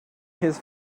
his